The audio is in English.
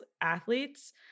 athletes